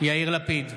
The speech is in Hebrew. יאיר לפיד,